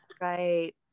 Right